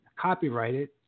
copyrighted